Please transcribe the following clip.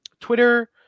twitter